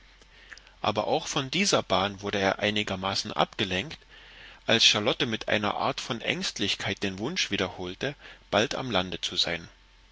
aber auch von dieser bahn wurde er einigermaßen abgelenkt als charlotte mit einer art von ängstlichkeit den wunsch wiederholte bald am lande zu sein